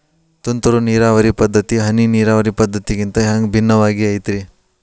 ತುಂತುರು ನೇರಾವರಿ ಪದ್ಧತಿ, ಹನಿ ನೇರಾವರಿ ಪದ್ಧತಿಗಿಂತ ಹ್ಯಾಂಗ ಭಿನ್ನವಾಗಿ ಐತ್ರಿ?